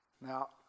now